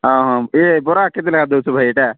ହଁ ଏ ବରା କେତେ ଲେଖାଏଁ ଦଉଛ ଭାଇ ଏଇଟା